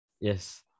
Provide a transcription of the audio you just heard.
Yes